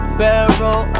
barrel